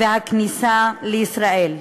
והכניסה לישראל,